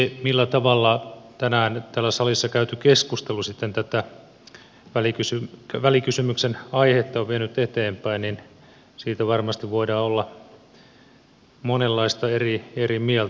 siitä millä tavalla tänään nyt täällä salissa käyty keskustelu sitten välikysymyksen aihetta on vienyt eteenpäin varmasti voidaan olla monenlaista eri mieltä